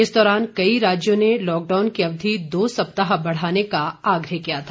इस दौरान कई राज्यों ने लॉकडाउन की अवधि दो सप्ताह बढ़ाने का आग्रह किया था